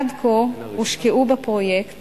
עד כה הושקעו בפרויקט